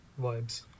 vibes